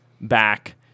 back